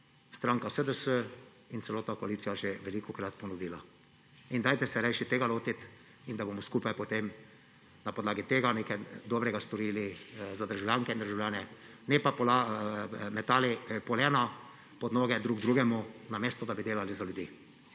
stranka SDS in celotna koalicija že velikokrat ponudila. Rajši se tega lotite in da bomo skupaj potem na podlagi tega nekaj dobrega storili za državljanke in državljane, ne pa metali polena pod noge drug drugemu, namesto da bi delali za ljudi.